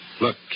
Look